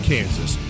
Kansas